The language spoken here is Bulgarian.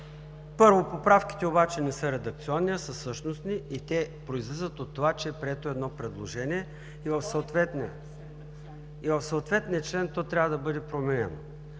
Първо, поправките не са редакционни, а са същностни и те произлизат от това, че е прието едно предложение и в съответния член то трябва да бъде променено.